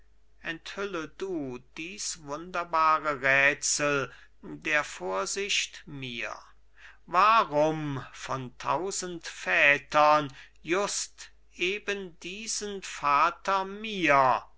enthülle du dies wunderbare rätsel der vorsicht mir warum von tausend vätern just eben diesen vater mir